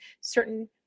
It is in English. certain